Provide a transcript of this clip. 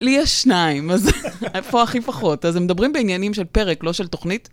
לי יש שניים, אז איפה הכי פחות? אז הם מדברים בעניינים של פרק, לא של תוכנית?